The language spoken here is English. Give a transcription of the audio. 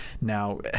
now